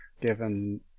given